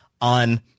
on